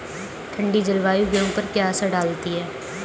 ठंडी जलवायु गेहूँ पर क्या असर डालती है?